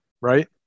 right